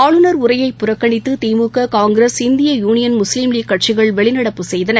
ஆளுநர் உரையை புறக்கணித்துதிமுக காங்கிரஸ் இந்திய யூனியன் முஸ்லீம் லீக் கட்சிகள் வெளிநடப்பு செய்தன